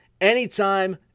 anytime